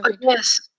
Yes